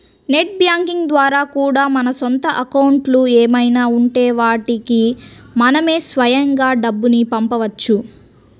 net banking ద్వారా కూడా మన సొంత అకౌంట్లు ఏమైనా ఉంటే వాటికి మనమే స్వయంగా డబ్బుని పంపవచ్చు